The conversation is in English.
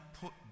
put